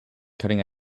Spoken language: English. cutting